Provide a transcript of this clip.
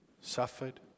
suffered